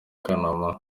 kanama